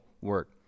work